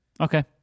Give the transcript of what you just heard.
Okay